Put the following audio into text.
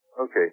Okay